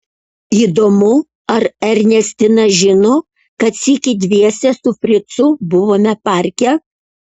įdomu ar ernestina žino kad sykį dviese su fricu buvome parke